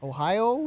Ohio